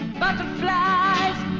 butterflies